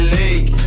lake